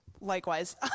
Likewise